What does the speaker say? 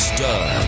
Stud